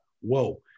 Whoa